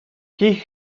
geh